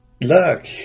look